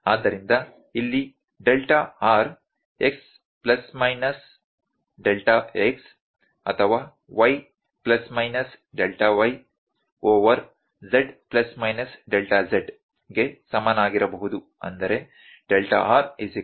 ಆದ್ದರಿಂದ ಇಲ್ಲಿ delta r x plus minus delta x x±x ಅಥವಾ y plus minus delta y y±y over z plus minus delta z z±z ಗೆ ಸಮನಾಗಿರಬಹುದು i